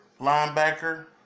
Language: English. linebacker